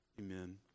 Amen